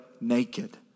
naked